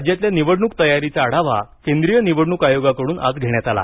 राज्यातल्या निवडणूक तयारीचा आढावा केंद्रीय निवडणूक आयोगाकडून आज घेण्यात आला